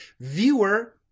Viewer